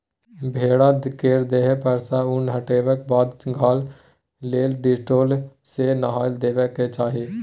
भेड़ा केर देह पर सँ उन हटेबाक बाद घाह लेल डिटोल सँ नहाए देबाक चाही